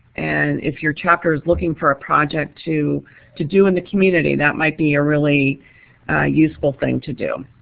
and if your chapter is looking for a project to to do in the community, that might be a really useful thing to do.